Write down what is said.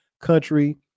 country